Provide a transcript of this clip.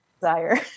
desire